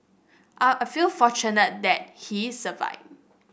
are a feel fortunate that he survived